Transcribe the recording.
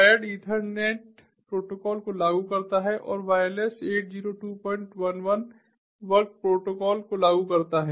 wired ethernet protocol को लागू करता है और वायरलैस 80211 वर्ग प्रोटोकॉल को लागू करता है